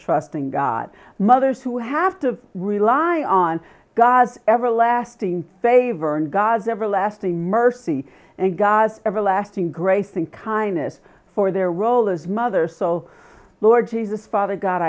trust in god mothers who have to rely on god's everlasting favor and god's everlasting mercy and gaz everlasting grace and kindness for their role as mother so lord jesus father god